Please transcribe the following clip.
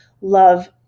love